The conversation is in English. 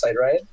right